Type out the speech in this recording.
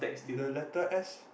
the letter S